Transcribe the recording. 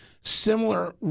similar